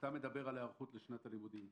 כשאתה מדבר על היערכות לשנת הלימודים,